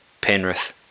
Penrith